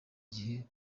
gihe